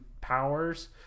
powers